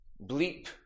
bleep